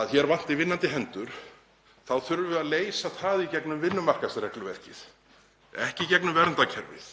að hér vanti vinnandi hendur þá þurfum við að leysa það í gegnum vinnumarkaðsregluverkið, ekki í gegnum verndarkerfið.